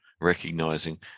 recognizing